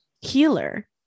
healer